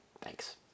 thanks